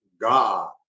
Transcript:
God